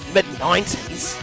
mid-90s